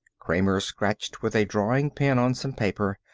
kramer scratched with a drawing pen on some paper.